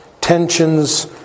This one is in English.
tensions